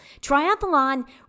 Triathlon